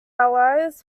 allies